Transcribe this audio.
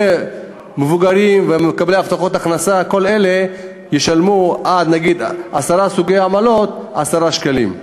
ומבוגרים ומקבלי הבטחת הכנסה ישלמו נגיד עד עשרה סוגי עמלות 10 שקלים.